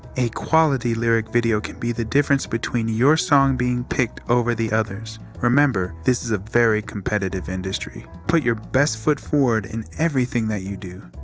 a quality lyric video can be the difference between your song being picked over the other's. remember, this is a very competitive industry. put your best foot forward in everything that you do.